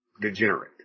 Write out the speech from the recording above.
degenerate